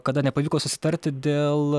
kada nepavyko susitarti dėl